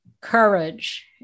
courage